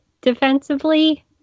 defensively